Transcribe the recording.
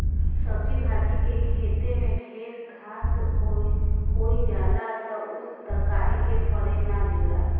सब्जी भाजी के खेते में ढेर घास होई जाला त उ तरकारी के फरे ना देला